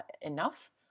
enough